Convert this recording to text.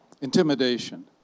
intimidation